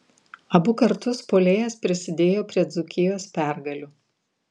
abu kartus puolėjas prisidėjo prie dzūkijos pergalių